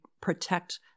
protect